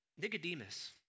Nicodemus